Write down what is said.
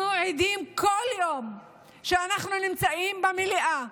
אנחנו עדים בכל יום שבו אנחנו נמצאים במליאה,